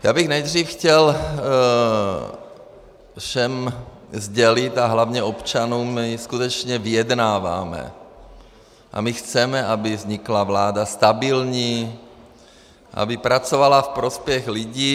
Nejdřív bych chtěl všem sdělit, a hlavně občanům, my skutečně vyjednáváme a my chceme, aby vznikla vláda stabilní, aby pracovala ve prospěch lidí.